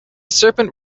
serpent